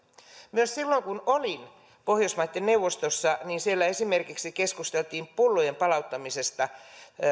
silloin kun olin pohjoismaiden neuvostossa siellä keskusteltiin esimerkiksi pullojen palauttamisesta